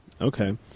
Okay